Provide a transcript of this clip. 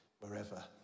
wherever